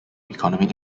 economic